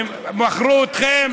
מכרו אתכם.